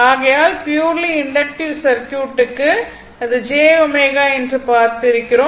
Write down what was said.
ஆகையால் purely inductive சர்க்யூட்டுக்கு அது j Lω என்று பார்த்திருக்கிறோம்